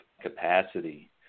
capacity